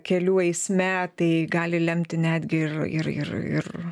kelių eisme tai gali lemti netgi ir ir ir ir